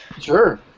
Sure